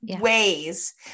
ways